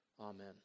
Amen